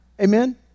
Amen